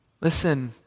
Listen